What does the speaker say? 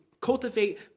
cultivate